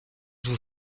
vous